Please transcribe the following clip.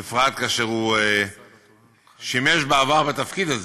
בפרט שהוא שימש בעבר בתפקיד כזה,